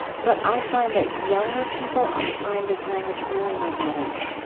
but i find that younger people are find this language really magnetic